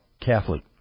Catholic